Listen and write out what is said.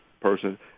person